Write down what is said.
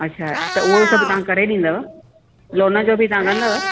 अच्छा त उहो सभु तव्हां करे ॾींदव लोन जो बि तव्हां कंदव